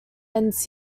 ends